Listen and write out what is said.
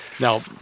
Now